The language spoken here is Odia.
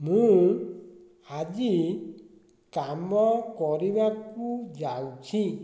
ମୁଁ ଆଜି କାମ କରିବାକୁ ଯାଉଛି